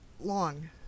Long